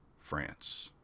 France